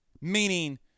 Meaning